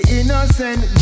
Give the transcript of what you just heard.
innocent